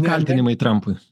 kaltinimai trampui